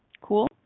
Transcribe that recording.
Cool